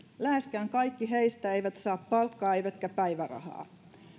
läheskään kaikki heistä eivät saa palkkaa eivätkä päivärahaa